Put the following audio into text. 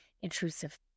intrusive